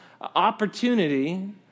opportunity